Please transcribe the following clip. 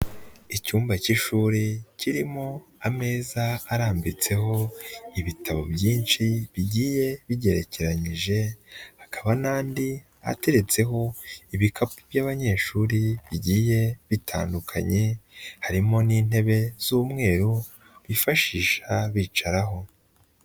Icyumba k'ishuri kirimo ameza arambitseho ibitabo byinshi bigiye bigerekeranyije, hakaba n'andi ateretseho ibikapu by'abanyeshuri bigiye bitandukanye, harimo n'intebe z'umweru bifashisha bicaraho.